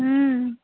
हँ